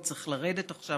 הוא צריך לרדת עכשיו,